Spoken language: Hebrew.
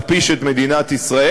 לנסות להכפיש את מדינת ישראל,